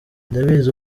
ndabizi